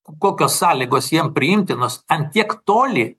kokios sąlygos jiem priimtinos ant tiek toli